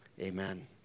Amen